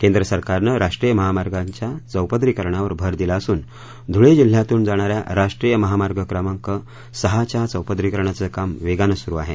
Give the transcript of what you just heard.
केंद्र सरकारनं राष्ट्रीय महामार्गांच्या चौपदरीकरणावर भर दिला असून धुळे जिल्ह्यातून जाणाऱ्या राष्ट्रीय महामार्ग क्रमांक सहाच्या चौपदरीकरणाचं काम वेगानं सुरु आहे